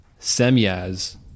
Semyaz